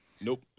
Nope